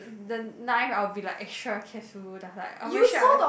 the knife I will be like extra careful like I'll make sure I